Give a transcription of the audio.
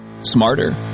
Smarter